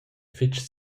fetg